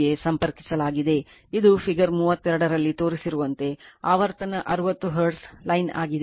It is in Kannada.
ಗೆ ಸಂಪರ್ಕಿಸಲಾಗಿದೆ ಇದು ಫಿಗರ್ 32 ರಲ್ಲಿ ತೋರಿಸಿರುವಂತೆ ಆವರ್ತನ 60 ಹರ್ಟ್ಜ್ ಲೈನ್ ಆಗಿದೆ